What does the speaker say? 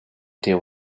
deal